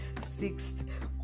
sixth